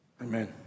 Amen